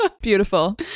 Beautiful